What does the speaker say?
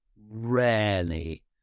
rarely